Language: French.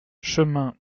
chemin